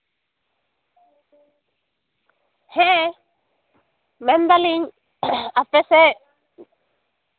ᱦᱮᱸ ᱢᱮᱱᱫᱟᱞᱤᱧ ᱟᱯᱮ ᱥᱮᱫ